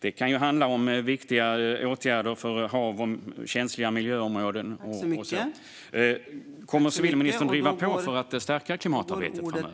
Det kan handla om viktiga åtgärder för hav och känsliga miljöområden. Kommer civilministern att driva på för att stärka klimatarbetet framöver?